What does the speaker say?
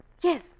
Yes